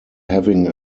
having